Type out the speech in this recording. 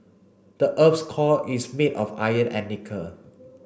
the earth's core is made of iron and nickel